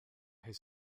his